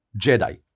Jedi